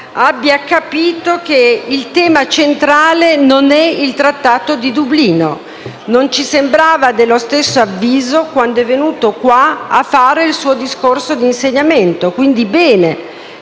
abbia capito che il tema centrale non è il Trattato di Dublino; non ci sembrava dello stesso avviso quando è venuto qui a fare il suo discorso di insediamento, quindi è